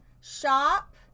shop